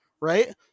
right